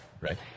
right